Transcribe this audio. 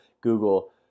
Google